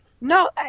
No